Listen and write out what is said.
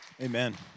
Amen